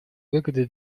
выгоды